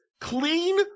clean